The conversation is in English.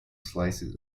slices